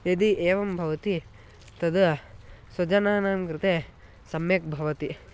यदि एवं भवति तद् स्वजनानां कृते सम्यक् भवति